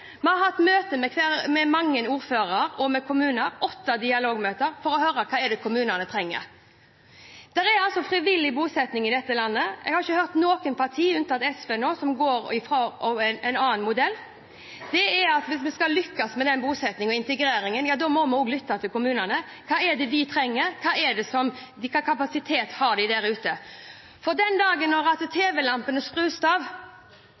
vi har hatt møte med mange ordførere og med kommuner – åtte dialogmøter – for å høre hva kommunene trenger. Det er altså frivillig bosetting i dette landet. Jeg har ikke hørt noe parti nå, unntatt SV, som går for en annen modell. Hvis vi skal lykkes med bosettingen og integreringen, da må vi også lytte til kommunene: Hva trenger de, og hvilken kapasitet har de der ute? Den dagen TV-lampene skrus av og dette ikke lenger har nyhetens interesse, er det ute